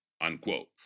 Unquote